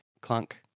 clunk